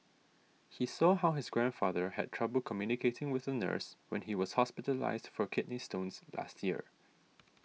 he saw how his grandfather had trouble communicating with a nurse when he was hospitalised for kidney stones last year